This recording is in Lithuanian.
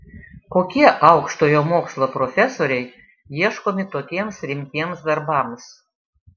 kokie aukštojo mokslo profesoriai ieškomi tokiems rimtiems darbams